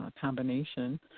combination